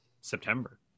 September